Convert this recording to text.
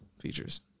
features